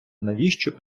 навіщо